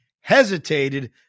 hesitated